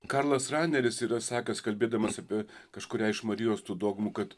karlas raineris yra sakęs kalbėdamas apie kažkurią iš marijos tų dogmų kad